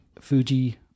Fuji